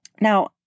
Now